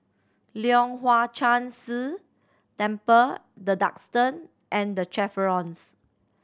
Leong Hwa Chan Si Temple The Duxton and The Chevrons